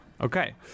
okay